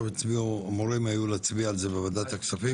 היו אמורים עכשיו להצביע על זה בוועדת הכספים.